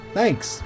Thanks